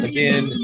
Again